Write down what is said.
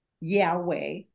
yahweh